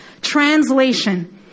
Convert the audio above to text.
Translation